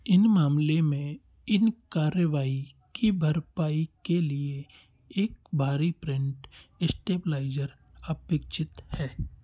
इन मामले में इन कार्यवाई की भरपाई के लिए एक भारी प्रिंट स्टेबलाइज़र अपेक्षित है